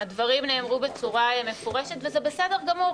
הדברים נאמרו בצורה מפורשת וזה בסדר גמור.